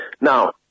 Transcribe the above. Now